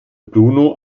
bruno